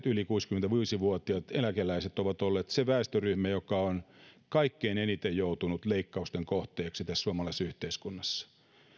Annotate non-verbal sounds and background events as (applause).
(unintelligible) yli kuusikymmentäviisi vuotiaat eläkeläiset ovat olleet se väestöryhmä joka on kaikkein eniten joutunut leikkausten kohteeksi suomalaisessa yhteiskunnassa